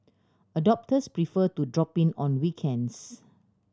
adopters prefer to drop in on weekends